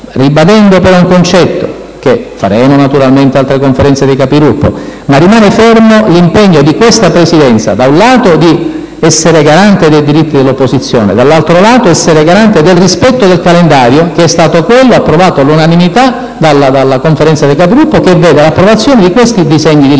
andamento dei lavori. Convocheremo naturalmente altre Conferenze dei Capigruppo, ma ribadisco che resta fermo l'impegno di questa Presidenza, da un lato, di essere garante dei diritti dell'opposizione e, dall'altro lato, di essere garante del rispetto del calendario, approvato all'unanimità dalla Conferenza dei Capigruppo che vede l'approvazione di questi disegni di legge